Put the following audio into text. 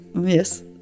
Yes